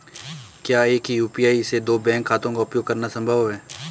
क्या एक ही यू.पी.आई से दो बैंक खातों का उपयोग करना संभव है?